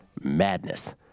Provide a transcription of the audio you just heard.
madness